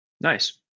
Nice